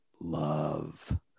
love